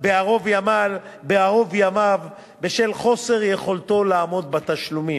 בערוב ימיו בשל חוסר יכולתו לעמוד בתשלומים.